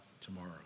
tomorrow